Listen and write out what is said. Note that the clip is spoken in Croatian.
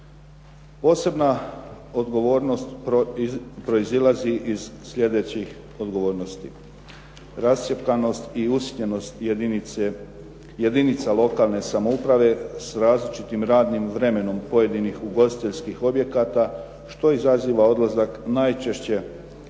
Posebna odgovornost proizlazi iz sljedećih odgovornosti. Rascjepkanost i usitnjenost jedinica lokalne samouprave s različitim radnim vremenom pojedinih ugostiteljskih objekata što izaziva odlazak najčešće